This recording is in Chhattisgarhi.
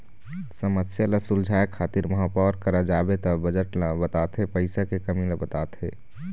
समस्या ल सुलझाए खातिर महापौर करा जाबे त बजट ल बताथे पइसा के कमी ल बताथे